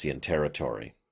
territory